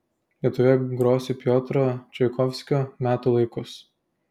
lietuvoje grosiu piotro čaikovskio metų laikus